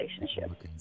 relationship